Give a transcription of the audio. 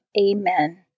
Amen